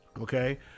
Okay